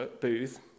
booth